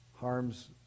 harms